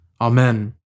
Amen